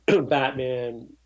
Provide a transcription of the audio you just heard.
Batman